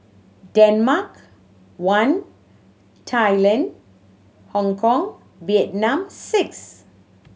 Denmark one Thailand Hongkong Vietnam six